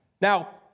Now